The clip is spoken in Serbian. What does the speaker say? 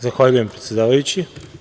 Zahvaljujem predsedavajući.